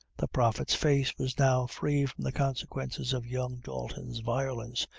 the prophet's face was now free from the consequences of young dalton's violence,